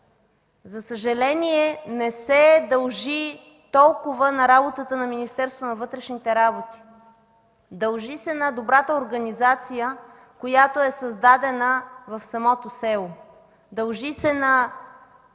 за съжаление, не се дължи толкова на работата на Министерството на вътрешните работи. Дължи се на добрата организация, която е създадена в самото село. Дължи се на